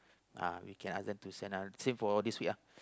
Uh you can ask them to send down same for all these week ah